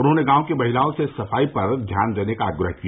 उन्होने गांव की महिलाओं से सफाई पर ध्यान देने का आग्रह किया